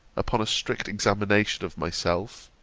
upon a strict examination of myself,